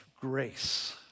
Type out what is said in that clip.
grace